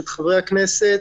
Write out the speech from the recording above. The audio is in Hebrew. את חברי הכנסת,